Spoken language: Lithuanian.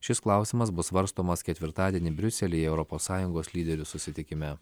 šis klausimas bus svarstomas ketvirtadienį briuselyje europos sąjungos lyderių susitikime